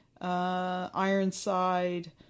Ironside